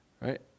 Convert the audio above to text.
Right